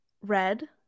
red